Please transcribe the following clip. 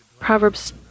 Proverbs